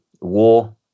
war